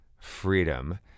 freedom